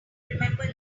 remember